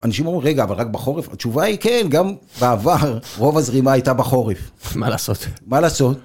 אנשים אומרים, רגע, אבל רק בחורף? התשובה היא כן, גם בעבר רוב הזרימה הייתה בחורף. מה לעשות?